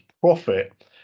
profit